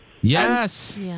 Yes